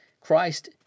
Christ